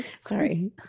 Sorry